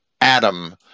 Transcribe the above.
Adam